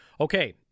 Okay